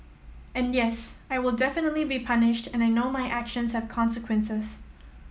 and yes I will definitely be punished and I know my actions have consequences